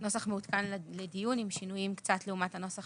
לדיון עם שינויים קלים לעומת הנוסח